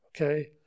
okay